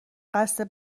قصد